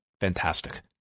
fantastic